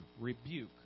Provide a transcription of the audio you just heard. rebuke